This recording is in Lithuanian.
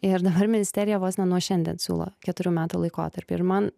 ir dabar ministerija vos ne nuo šiandien siūlo keturių metų laikotarpį ir man